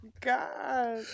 god